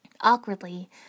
Awkwardly